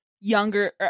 younger